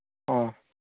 ꯑꯣ